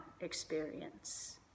experience